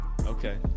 Okay